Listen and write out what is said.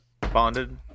bonded